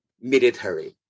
military